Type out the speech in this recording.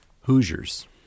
Hoosiers